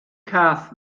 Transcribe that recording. cath